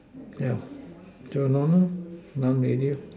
ya no no no none already lor